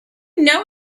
know